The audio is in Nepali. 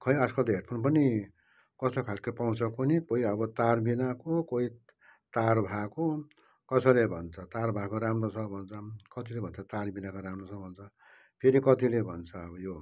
खै आजकल त हेडफोन पनि कस्तो खालके पाउँछ कुन्नि कोही अब तार बिनाको कोही तार भएको कसैले भन्छ तार भएको राम्रो छ भन्छन् कतिले भन्छ तार बिनाको राम्रो छ भन्छ फेरि कतिले भन्छ अब यो